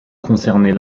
concernait